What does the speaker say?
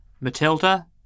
Matilda